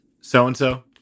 so-and-so